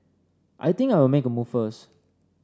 I think I'll make a move first